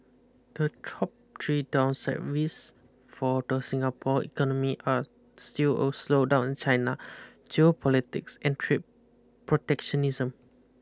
the top three downside risk for the Singapore economy are still a slowdown in China geopolitics and trade protectionism